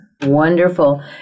Wonderful